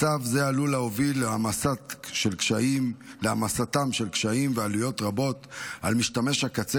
מצב זה עלול להוביל להעמסתם של קשיים ועלויות רבות על משתמש הקצה